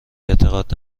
اعتقاد